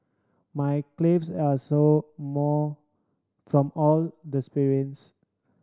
my calves are sore more from all the sprints